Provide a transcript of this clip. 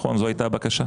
זו הייתה הבקשה?